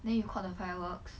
then you caught the fireworks